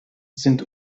sind